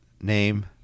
Name